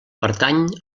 pertany